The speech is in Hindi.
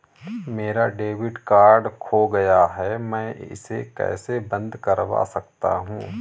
मेरा डेबिट कार्ड खो गया है मैं इसे कैसे बंद करवा सकता हूँ?